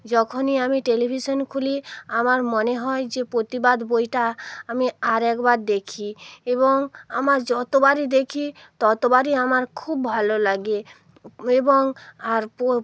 যখনই আমি টেলিভিশন খুলি আমার মনে হয় যে প্রতিবাদ বইটা আমি আর একবার দেখি এবং আমার যতবারই দেখি ততবারই আমার খুব ভালো লাগে এবং আর প